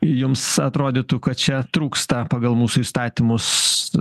jums atrodytų kad čia trūksta pagal mūsų įstatymus